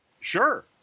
Sure